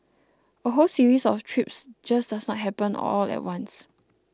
a whole series of trips just does not happen all at once